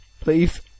please